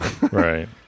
right